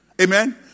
Amen